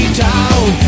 town